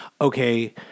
okay